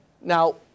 Now